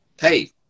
hey